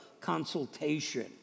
consultation